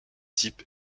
type